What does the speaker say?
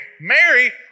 Mary